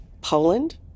Poland